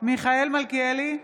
מיכאל מלכיאלי,